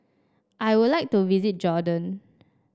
I would like to visit Jordan